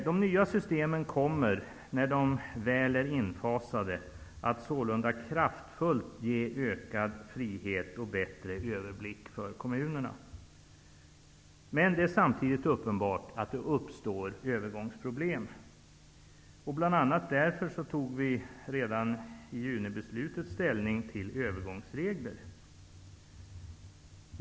De nya systemen kommer, när de väl är infasade, att kraftfullt ge ökad frihet och bättre överblick för kommunerna. Men det är samtidigt uppenbart att det uppstår övergångsproblem. Bl.a. därför tog vi redan i junibeslutet ställning till övergångsregler.